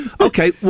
Okay